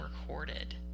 recorded